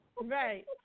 Right